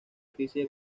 crisis